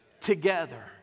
together